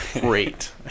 Great